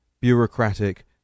bureaucratic